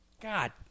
God